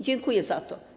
Dziękuję za to.